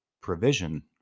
provision